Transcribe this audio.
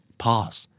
pause